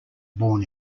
born